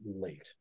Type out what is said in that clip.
late